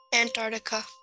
Antarctica